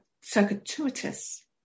circuitous